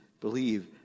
believe